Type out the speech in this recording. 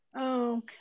Okay